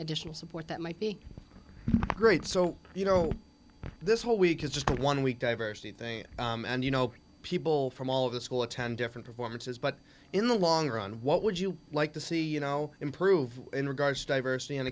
additional support that might be great so you know this whole week is just one week diversity thing and you know people from all of the school attend different performances but in the long run what would you like to see you know improve in regards to diversity and